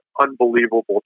unbelievable